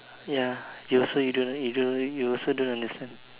ya you also you don't know you don't know you also don't understand